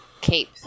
cape